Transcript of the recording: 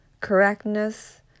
correctness